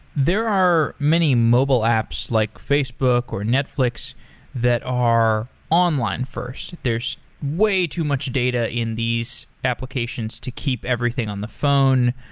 there are many mobile apps like facebook or netflix that are online first. there's way too much data in these applications to keep everything on the phone.